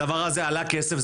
הדבר הזה עלה כסף,